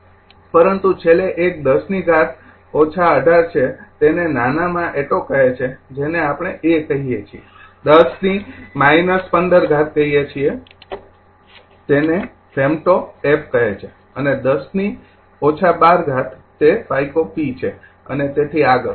પરંતુ છેલ્લે એક ૧૦ ની ઘાત ૧૮ છે તેને નાનામાં એટો કહે છે જેને આપણે a કહીયે છીએ ૧૦ ની -૧૫ ઘાત કહીએ છીએ તેને ફેમ્ટો f કહે છે અને ૧૦ ની ૧૨ ઘાત તે પાઇકો p છે અને તેથી આગળ